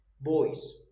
boys